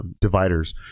dividers